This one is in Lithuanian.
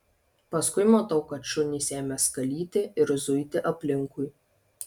paskui matau kad šunys ėmė skalyti ir zuiti aplinkui